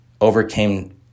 overcame